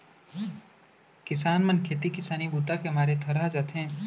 किसान मन खेती किसानी बूता के मारे थरहा जाथे